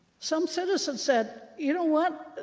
some citizen said, you know what?